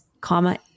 comma